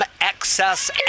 excess